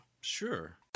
Sure